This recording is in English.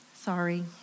Sorry